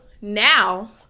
now